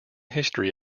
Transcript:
history